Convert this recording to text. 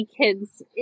kids